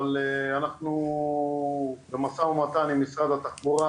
אבל אנחנו במשא ומתן עם משרד התחבורה